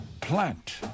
Plant